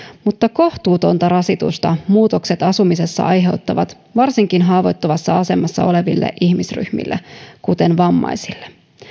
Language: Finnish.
mutta kohtuutonta rasitusta muutokset asumisessa aiheuttavat varsinkin haavoittuvassa asemassa oleville ihmisryhmille kuten vammaisille